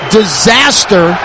disaster